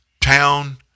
town